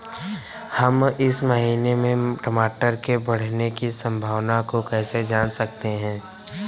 हम इस महीने में टमाटर के बढ़ने की संभावना को कैसे जान सकते हैं?